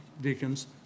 deacons